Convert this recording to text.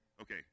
Okay